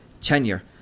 tenure